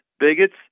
bigots